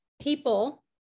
people